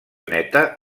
neta